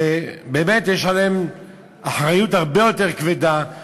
שבאמת יש עליהם אחריות הרבה יותר כבדה,